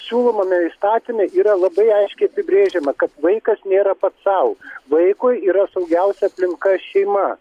siūlomame įstatyme yra labai aiškiai apibrėžiama kad vaikas nėra pats sau vaikui yra saugiausia aplinka šeima